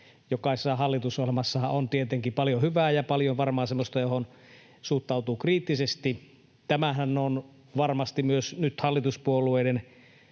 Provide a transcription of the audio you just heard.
jokaisessa hallitusohjelmassahan on tietenkin paljon hyvää ja paljon varmaan semmoista, johon suhtautuu kriittisesti. Tämähän on varmasti myös nyt hallituspuolueiden